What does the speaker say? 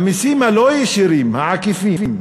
המסים הלא-ישירים, העקיפים,